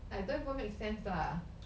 like don't even make sense lah